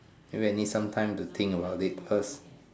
I need sometime to think about it first